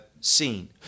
seen